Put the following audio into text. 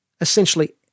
essentially